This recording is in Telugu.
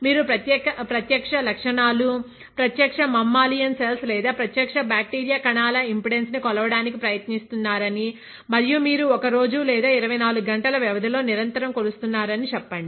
మీరు ప్రత్యక్ష కణాలు ప్రత్యక్ష మమ్మాలియాన్ సెల్స్ లేదా ప్రత్యక్ష బ్యాక్టీరియా కణాల ఇంపిడెన్స్ ను కొలవడానికి ప్రయత్నిస్తున్నారని మరియు మీరు 1 రోజూ లేదా 24 గంటల వ్యవధి లో నిరంతరం కొలుస్తున్నారని చెప్పండి